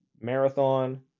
marathon